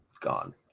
gone